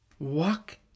Walk